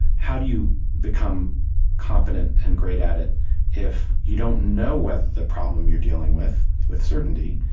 how do you become competent and great at it if you don't know whether the problem you're dealing with, with certainty,